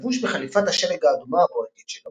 לבוש בחליפת השלג האדומה הבוהקת שלו,